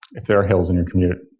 if there are hills in your commute,